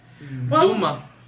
Zuma